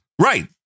Right